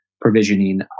provisioning